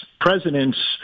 presidents